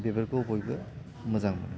बेफोरखौ बयबो मोजां मोनो